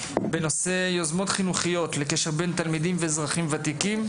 בנושא: יוזמות חינוכיות לקשר בין תלמידים ואזרחים ותיקים,